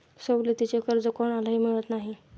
सवलतीचे कर्ज कोणालाही मिळत नाही